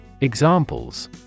Examples